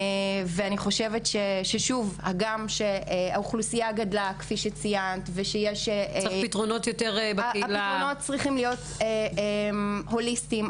האוכלוסייה גם גדלה הפתרונות צריכים להיות יותר הוליסטיים,